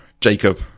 Jacob